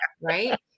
right